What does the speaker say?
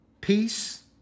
peace